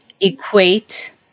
equate